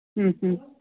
ꯎꯝ ꯎꯝ